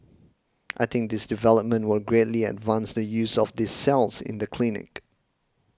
I think this development will greatly advance the use of these cells in the clinic